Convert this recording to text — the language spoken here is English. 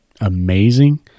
amazing